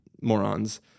morons